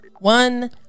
One